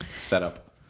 setup